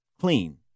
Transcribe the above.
clean